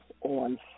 on